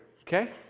okay